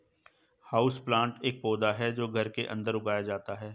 houseplant एक पौधा है जो घर के अंदर उगाया जाता है